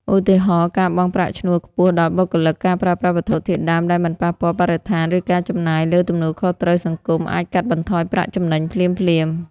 ឧទាហរណ៍ ការបង់ប្រាក់ឈ្នួលខ្ពស់ដល់បុគ្គលិក ការប្រើប្រាស់វត្ថុធាតុដើមដែលមិនប៉ះពាល់បរិស្ថាន ឬការចំណាយលើទំនួលខុសត្រូវសង្គម អាចកាត់បន្ថយប្រាក់ចំណេញភ្លាមៗ។